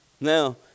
Now